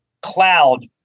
cloud